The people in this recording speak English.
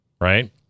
right